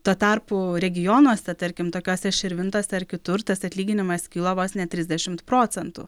tuo tarpu regionuose tarkim tokiose širvintose ar kitur tas atlyginimas kilo vos ne trisdešimt procentų